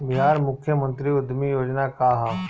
बिहार मुख्यमंत्री उद्यमी योजना का है?